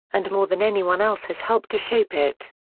and more than anyone else has helped to shape it.